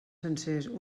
sencers